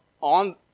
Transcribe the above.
on